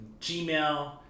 Gmail